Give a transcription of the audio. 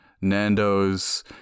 Nando's